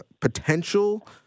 potential